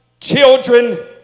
children